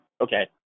Okay